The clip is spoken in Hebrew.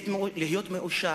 להיות מאושר,